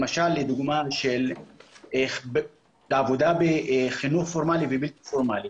למשל, לדוגמה עבודה בחינוך פורמלי ובלתי פורמלי,